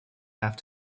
have